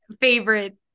favorite